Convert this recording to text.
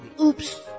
Oops